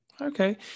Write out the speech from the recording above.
Okay